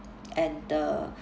and the